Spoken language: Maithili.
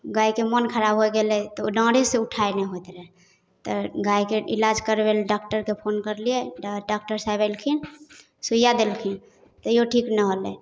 गाइके मोन खराब हो गेलै तऽ ओ डाँढ़ेसँ उठै नहि होइत रहै तऽ गाइके इलाज करबैलए डाक्टरके फोन करलिए डा डाक्टर साहेब अएलखिन सुइआ देलखिन तैओ ठीक नहि होलै